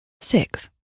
six